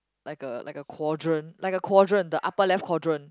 like a like a quadrant like a quadrant the upper left quadrant